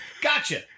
Gotcha